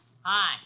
Hi